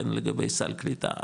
לגבי סל קליטה,